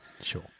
Sure